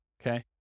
Okay